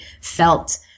felt